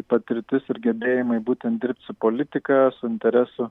patirtis ir gebėjimai būtent dirbt su politika su interesų